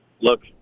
look